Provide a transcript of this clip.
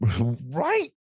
Right